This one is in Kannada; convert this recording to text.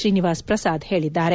ಶ್ರೀನಿವಾಸ್ ಪ್ರಸಾದ್ ಹೇಳಿದ್ದಾರೆ